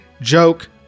Joke